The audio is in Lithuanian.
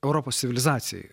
europos civilizacijai